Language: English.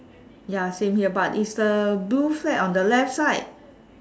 ya same here but is the blue flag on the left side